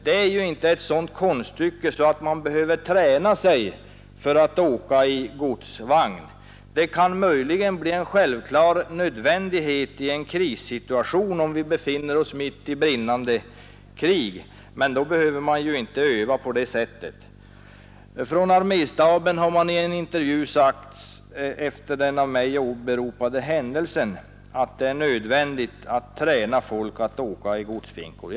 Det är ju inte ett sådant konststycke att man behöver träna för att åka i godsvagn. Det kan möjligen bli en självklar nödvändighet om vi befinner oss mitt i brinnande krig, men fördenskull behöver man ju inte öva på det sättet. Från arméstaben har i en intervju sagts, efter den av mig åberopade händelsen, att det är nödvändigt att träna folk att åka i godsfinkor.